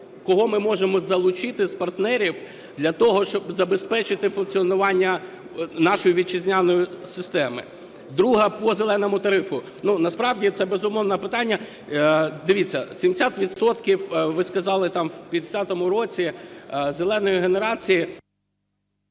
кого ми можемо залучити з партнерів для того, щоб забезпечити функціонування нашої вітчизняної системи по "зеленому" тарифу. Насправді це, безумовно, питання... Дивіться, 70 відсотків, ви сказали, там в 50-му році "зеленої" генерації...